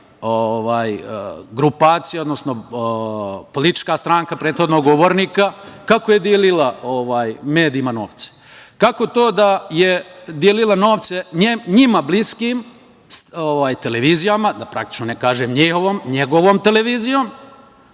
grupacija, odnosno politička stranka prethodnog govornika, kako je delila medijima novce? Kako to da je delila novce njima bliskim televizijama, praktično ne kažem njegovom televizijom